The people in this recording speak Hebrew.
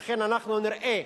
ולכן אנחנו נראה,